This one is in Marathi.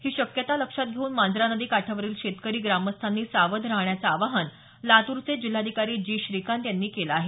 ही शक्यता लक्षात घेऊन मांजरा नदी काठावरील शेतकरी ग्रामस्थांनी सावध राहण्याचं आवाहन लातूरचे जिल्हाधिकारी ही श्रीकांत यांनी केलं आहे